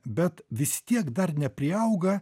bet vis tiek dar nepriauga